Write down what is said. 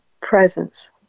presence